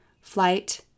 flight